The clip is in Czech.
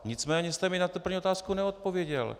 Nicméně jste mi na tu první otázku neodpověděl.